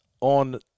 on